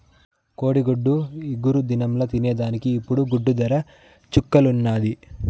కోడిగుడ్డు ఇగురు దినంల తినేదానికి ఇప్పుడు గుడ్డు దర చుక్కల్లున్నాది